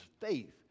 faith